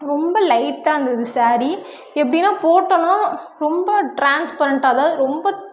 ரொம்ப லைட்டாக இருந்துது ஸாரீ எப்படின்னா போட்டோம்னா ரொம்ப ட்ரான்ஸ்பரன்ட்டாக அதாவது ரொம்ப